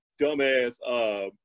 dumbass